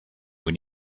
will